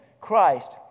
Christ